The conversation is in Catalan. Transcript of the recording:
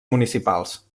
municipals